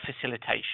facilitation